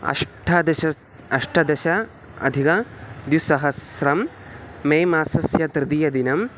अष्टादश अष्टादशाधिकं द्विसहस्रं मे मासस्य तृतीयदिनम्